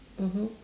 mmhmm